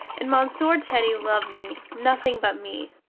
and monsieur teddy love me, nothing but me.